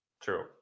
True